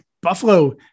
Buffalo